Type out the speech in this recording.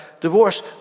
divorce